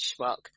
schmuck